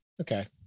Okay